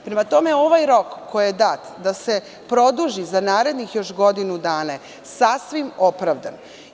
Prema tome, ovaj rok koji je dat, da se produži da narednih još godinu dana, je sasvim opravdan.